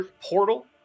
portal